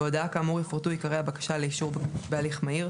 בהודעה כאמור יפורטו עיקרי הבקשה לאישור בהליך מהיר,